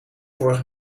vorig